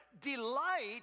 Delight